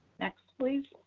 next, please.